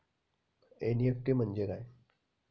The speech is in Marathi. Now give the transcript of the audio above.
एन.इ.एफ.टी म्हणजे काय?